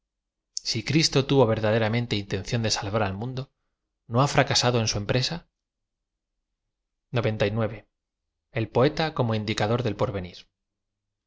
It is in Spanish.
sí cristo tuvo verdaderam eate inteacióa de salvar al muado no ha fracasado en sorpresa el poeta como indicador del